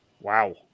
Wow